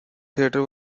theater